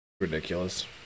Ridiculous